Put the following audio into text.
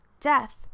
Death